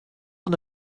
fan